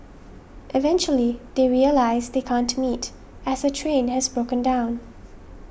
eventually they realise they can't meet as her train has broken down